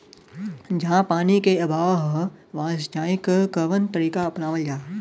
जहाँ पानी क अभाव ह वहां सिंचाई क कवन तरीका अपनावल जा?